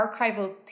archival